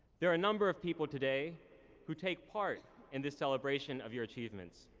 there are a number of people today who take part in the celebration of your achievements